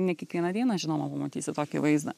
ne kiekvieną dieną žinoma pamatysi tokį vaizdą